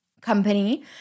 company